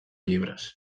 llibres